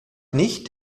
nicht